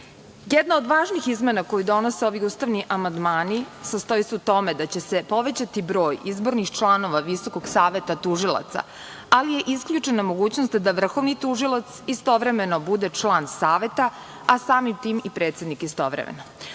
od važnih izmena koje donose ovi ustavni amandmani sastoji se u tome da će se povećati broj izbornih članova Visokog saveta tužilaca, ali je isključena mogućnost da vrhovni tužilac istovremeno bude član Saveta, a samim tim i predsednik istovremeno. Ovim